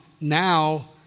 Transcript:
Now